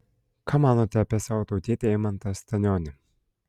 ką manote apie savo tautietį eimantą stanionį